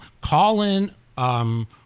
call-in